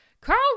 Carl